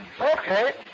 Okay